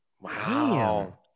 Wow